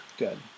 Good